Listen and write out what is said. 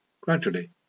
Gradually